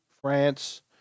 France